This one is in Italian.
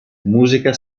musica